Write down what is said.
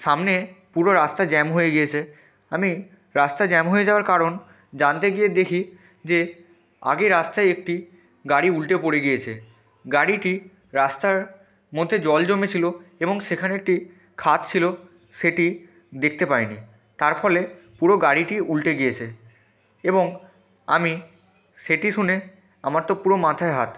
সামনে পুরো রাস্তা জ্যাম হয়ে গিয়েছে আমি রাস্তা জ্যাম হয়ে যাওয়ার কারণ জানতে গিয়ে দেখি যে আগে রাস্তায় একটি গাড়ি উল্টে পড়ে গিয়েছে গাড়িটি রাস্তার মধ্যে জল জমে ছিলো এবং সেখানে একটি খাদ ছিলো সেটি দেখতে পায় নি তার ফলে পুরো গাড়িটি উল্টে গিয়েছে এবং আমি সেটি শুনে আমার তো পুরো মাথায় হাত